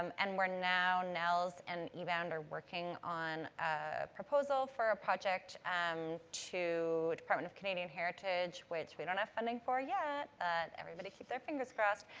um and where now nnels and ebound are working on a proposal for a project um to department of canadian heritage, which we don't have funding for yet, but everybody keep their fingers crossed.